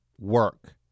work